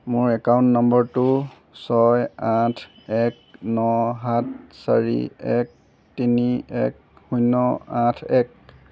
মোৰ একাউণ্ট নম্বৰটো ছয় আঠ এক ন সাত চাৰি এক তিনি এক শূন্য আঠ এক